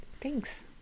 Thanks